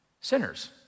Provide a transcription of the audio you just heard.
sinners